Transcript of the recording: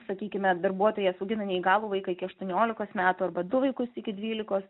sakykime darbuotojas augina neįgalų vaiką iki aštuoniolikos metų arba du vaikus iki dvylikos